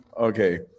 Okay